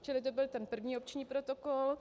Čili to byl ten první opční protokol.